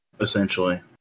essentially